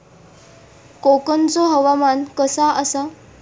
कोकनचो हवामान कसा आसा?